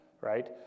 right